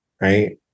right